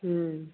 हूँ